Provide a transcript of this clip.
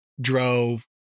Drove